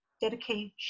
dedication